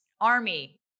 Army